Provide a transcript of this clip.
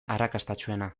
arrakastatsuena